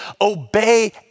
obey